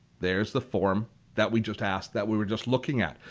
there's the form that we just asked that we were just looking at.